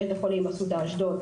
בית החולים אסותא באשדוד,